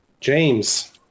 james